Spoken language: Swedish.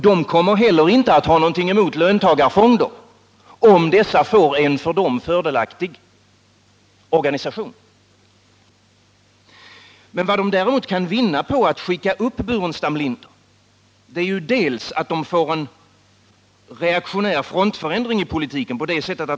De kommer heller inte att ha någonting emot löntagarfonder, om dessa får en för dem fördelaktig organisation. Men vad de däremot kan vinna på att skicka upp Staffan Burenstam Linder äratt de får en reaktionär frontförändring i politiken.